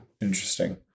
interesting